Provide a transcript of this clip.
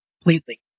completely